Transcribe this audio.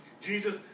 Jesus